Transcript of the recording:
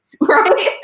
right